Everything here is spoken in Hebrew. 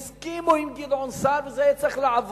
הם הסכימו עם גדעון סער, וזה היה צריך לעבור.